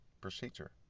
procedure